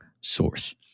source